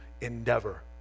endeavor